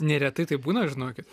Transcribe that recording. neretai taip būna žinokit